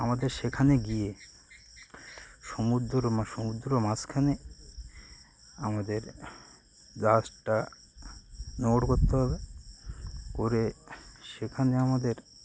আমাদের সেখানে গিয়ে সমুদ্র সমুদ্র মাঝখানে আমাদের জাহাজটা নোঙ্গর করতে হবে করে সেখানে আমাদের